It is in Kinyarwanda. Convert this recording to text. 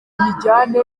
nyijyane